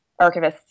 archivists